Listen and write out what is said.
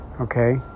Okay